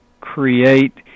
create